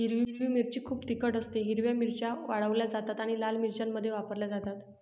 हिरवी मिरची खूप तिखट असतेः हिरव्या मिरच्या वाळवल्या जातात आणि लाल मिरच्यांमध्ये वापरल्या जातात